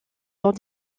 dont